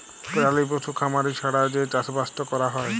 পেরালি পশু খামারি ছাড়া যে চাষবাসট ক্যরা হ্যয়